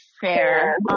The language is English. fair